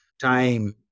time